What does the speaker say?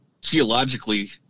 geologically